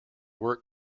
work